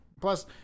Plus